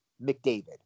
McDavid